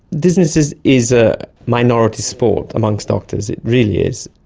dizziness is is a minority sport amongst doctors, it really is.